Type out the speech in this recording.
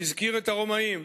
הוא הזכיר את הרומאים,